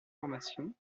formation